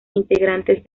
integrantes